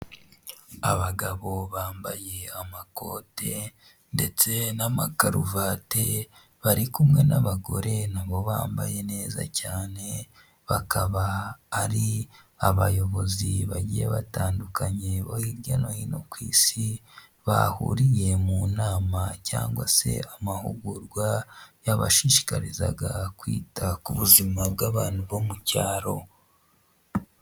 Abagabo bambaye amakote ndetse n'amakaruvati, bari kumwe n'abagore nabo bambaye neza cyane, bakaba ari abayobozi bagiye batandukanye bo hirya no hino ku isi, bahuriye mu nama cyangwa se amahugurwa yabashishikarizaga kwita ku buzima bw'abantu bo mu cyaro.